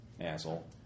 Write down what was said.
Asshole